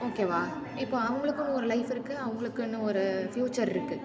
ஓகேவா இப்போ அவங்களுக்குன்னு ஒரு லைஃப் இருக்குது அவங்களுக்குன்னு ஒரு ஃப்யூச்சர் இருக்குது